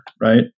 right